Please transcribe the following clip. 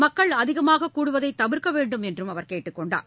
மக்கள் அதிகமாககூடுவதைதவிர்க்கவேண்டும் என்றும் அவர் கேட்டுக் கொண்டார்